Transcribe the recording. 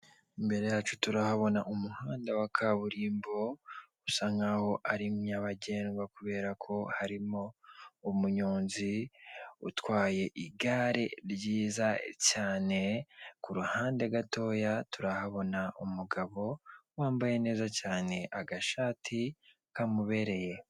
Imbere yacu turahabona umuhanda wa kaburimbo usa nkaho ari nyabagendwa kubera ko harimo umunyonzi utwaye igare ryiza cyane, ku ruhande gatoya turahabona umugabo wambaye neza cyane agashati kamubereye.